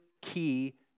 key